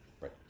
right